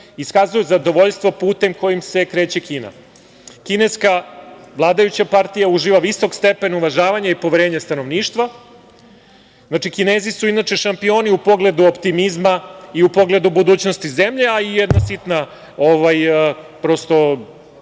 iskazuje zadovoljstvo putem kojim se kreće Kina. Kineska vladajuća partija uživa visok stepen uvažavanja i poverenja stanovništva. Znači, Kinezi su šampioni u pogledu optimizma, i u pogledu budućnosti zemlje, a i nešto da primetim,